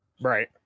Right